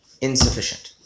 Insufficient